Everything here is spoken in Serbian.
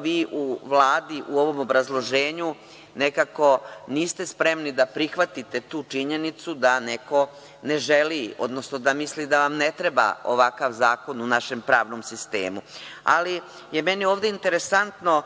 vi u Vladi, u ovom obrazloženju, nekako niste spremni da prihvatite tu činjenicu da neko ne želi, odnosno da misli da vam ne treba ovakav zakon u našem pravnom sistemu. Ali, meni je ovde interesantno